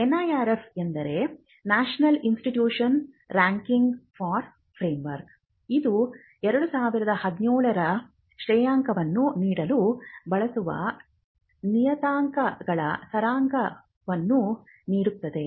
NIRF ಎಂದರೆ National Institutional Ranking for Framework ಇದು 2017 ರ ಶ್ರೇಯಾಂಕವನ್ನು ನೀಡಲು ಬಳಸುವ ನಿಯತಾಂಕಗಳ ಸಾರಾಂಶವನ್ನು ನೀಡುತ್ತದೆ